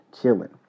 chilling